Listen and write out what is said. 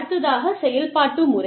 அடுத்ததாகச் செயல்பாட்டு முறை